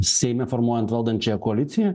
seime formuojant valdančiąją koaliciją